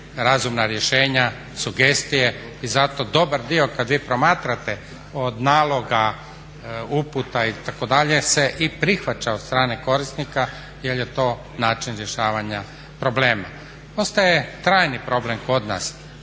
razumna rješenja, sugestije i zato dobar dio kada vi promatrate od maloga uputa itd., se i prihvaća od strane korisnika jer je to način rješavanja problema. Ostaje trajni problem kod nas